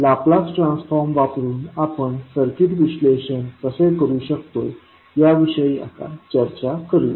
Laplace transform वापरुन आपण circuit विश्लेषण कसे करू शकतो याविषयी आता चर्चा करूया